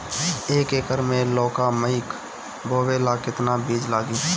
एक एकर मे लौका मकई बोवे ला कितना बिज लागी?